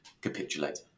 capitulate